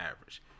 average